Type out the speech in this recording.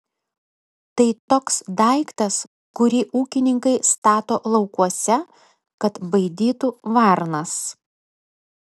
tai toks daiktas kurį ūkininkai stato laukuose kad baidytų varnas